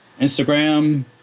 Instagram